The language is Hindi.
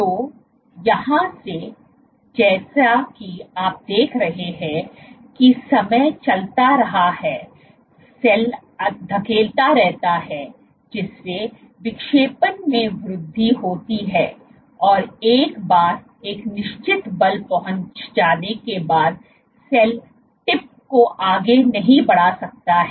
तो यहाँ से जैसा कि आप देख रहे हैं कि समय चलता रहता है सेल धकेलता रहता है जिससे विक्षेपण में वृद्धि होती है और एक बार एक निश्चित बल पहुँच जाने के बाद सेल टिप को आगे नहीं बढ़ा सकता है